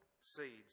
seeds